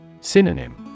Synonym